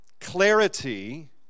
clarity